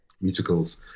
musicals